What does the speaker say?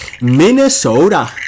Minnesota